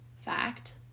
fact